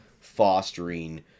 fostering